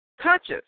conscious